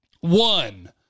One